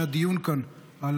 היה דיון כאן על